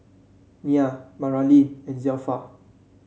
Nyah Maralyn and Zelpha